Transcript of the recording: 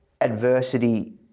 adversity